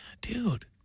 Dude